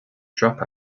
drop